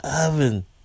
oven